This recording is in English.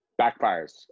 backfires